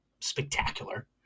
spectacular